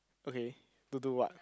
okay to do what